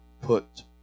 put